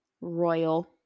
Royal